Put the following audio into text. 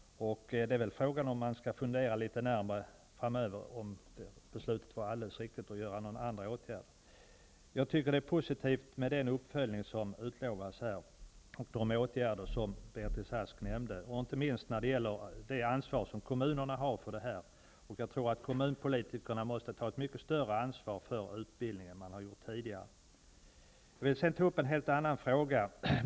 Man bör nog fundera litet närmre framöver om huruvida beslutet var alldeles riktigt och kanske vidta andra åtgärder. Det är positivt med den uppföljning som här utlovas och de åtgärder som Beatrice Ask nämnde. Det gäller inte minst det ansvar som kommunerna har på detta område. Jag tror att kommunpolitikerna måste ta ett mycket större ansvar för utbildningen än vad man har gjort tidigare. Jag vill sedan ta upp en helt annan fråga.